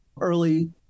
early